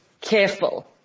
careful